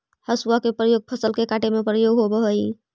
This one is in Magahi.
हसुआ के प्रयोग फसल के काटे में होवऽ हई